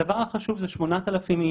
הדבר החשוב זה 8,000 איש.